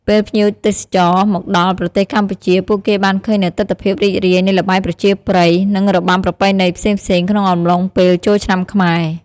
ពេលភ្ញៀវទេសចរណ៌ មនដល់ប្រទេសកម្ពុជា ពួកគេបានឃើញនូវទិដ្ឋភាពរីករាយនៃល្បែងប្រជាប្រិយ និងរបាំប្រពៃណីផ្សេងៗក្នុងអំឡុងពេលចូលឆ្នាំខ្មែរ។